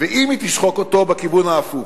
ואם היא תשחק אותו, בכיוון ההפוך.